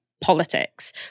politics